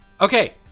Okay